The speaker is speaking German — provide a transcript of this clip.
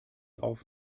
auf